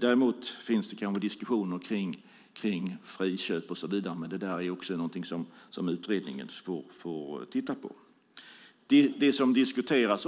Däremot finns det kanske diskussioner om friköp och så vidare, men det är också något som utredningen får titta på. Det som också diskuteras